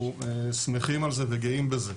אנחנו שמחים על זה וגאים בזה.